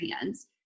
hands